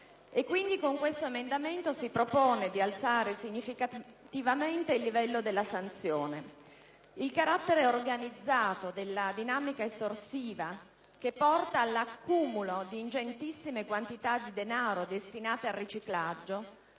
Paese. Con l'emendamento 4.201 si propone di alzare significativamente il livello della sanzione. Il carattere organizzato della dinamica estorsiva che porta all'accumulo di ingentissime quantità di denaro destinate al riciclaggio